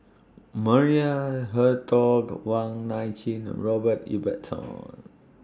Maria Hertogh Wong Nai Chin Robert Ibbetson